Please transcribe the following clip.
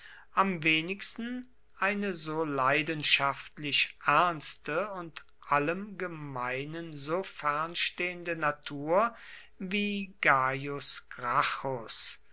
am wenigsten eine so leidenschaftlich ernste und allem gemeinen so fernstehende natur wie